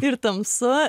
ir tamsu